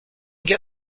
get